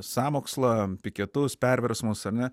sąmokslą piketus perversmus ar ne